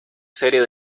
serie